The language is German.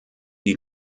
die